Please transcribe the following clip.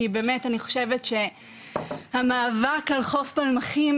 כי באמת אני חושבת שהמאבק על חוף פלמחים,